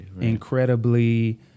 incredibly